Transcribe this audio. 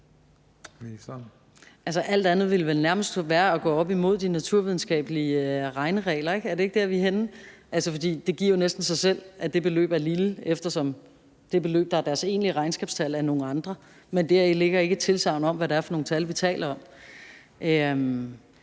alt andet ville vel nærmest være at gå op imod de naturvidenskabelige regneregler. Er det ikke der, vi er henne? Det giver jo næsten sig selv, at det beløb er lille, eftersom de beløb, der er deres egentlige regnskabstal, er nogle andre. Men deri ligger ikke et tilsagn om, hvad det for nogle tal, vi taler om.